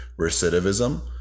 recidivism